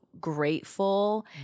grateful